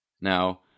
Now